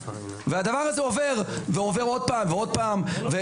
והדבר הזה עובר ועובר עוד פעם ועוד פעם,